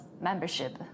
membership